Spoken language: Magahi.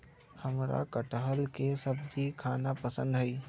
हमरा कठहल के सब्जी खाना पसंद हई